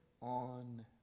on